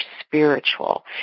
spiritual